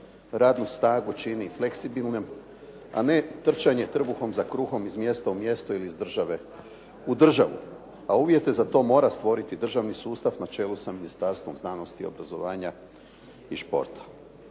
radnu snagu čini fleksibilnim a ne trčanje trbuhom za kruhom iz mjesta u mjesto ili iz države u državu a uvjete za to mora stvoriti državni sustav na čelu sa Ministarstvo znanosti, obrazovanja i športa.